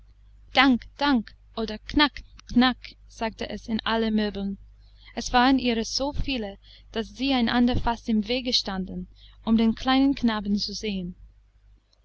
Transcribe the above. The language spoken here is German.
dank dank oder knack knack sagte es in allen möbeln es waren ihrer so viele daß sie einander fast im wege standen um den kleinen knaben zu sehen